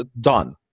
done